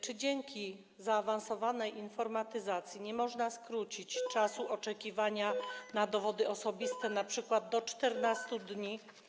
Czy dzięki zaawansowanej informatyzacji nie można skrócić czasu oczekiwania na dowody osobiste np. do 14 dni?